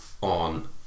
on